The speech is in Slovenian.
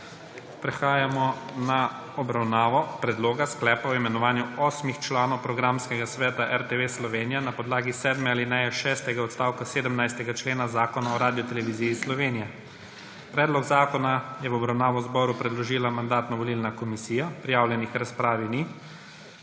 Prehajamo na obravnavo Predloga sklepa o imenovanju osmih članov Programskega sveta RTV Slovenija na podlagi sedme alineje šestega odstavka 17. člena Zakona o RTV Slovenija. Predlog zakona je v obravnavo zboru predložila Mandatno-volilna komisija. Prijavljenih k razpravi ni.